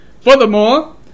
Furthermore